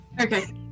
Okay